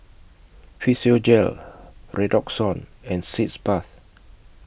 Physiogel Redoxon and Sitz Bath